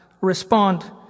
respond